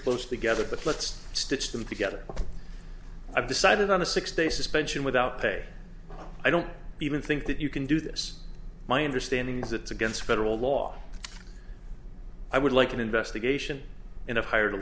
close together but let's stitch them together i've decided on a six day suspension without pay i don't even think that you can do this my understanding is it's against federal law i would like an investigation in a